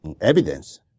evidence